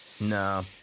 No